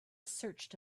searched